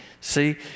see